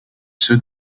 ceux